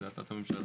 זאת הצעת הממשלה.